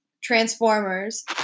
Transformers